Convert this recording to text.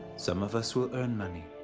some of us will earn money,